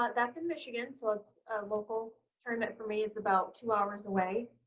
but that's in michigan so it's a local tournament for me. it's about two hours away.